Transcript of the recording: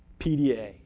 PDA